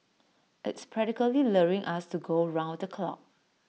it's practically luring us to go round the clock